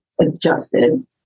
adjusted